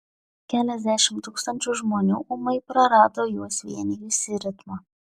keliasdešimt tūkstančių žmonių ūmai prarado juos vienijusį ritmą